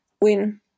win